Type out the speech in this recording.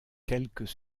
quelques